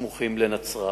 הסמוכים לנצרת.